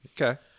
Okay